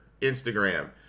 Instagram